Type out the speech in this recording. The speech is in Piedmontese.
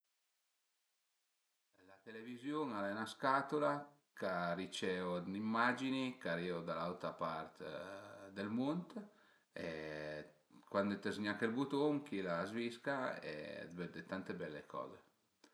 La televiziun al e 'na scatula ch'a riceu immagini ch'arivu da l'autra part dël munt e cuandi ti z-gnache ël butun chila a s'zvisca e ti vëde tante bele coze